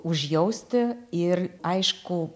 užjausti ir aišku